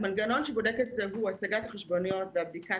המנגנון שבודק את זה הוא הצגת החשבוניות והבדיקה